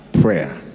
prayer